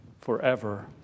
forever